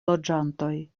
loĝantoj